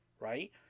Right